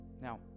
Now